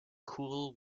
cool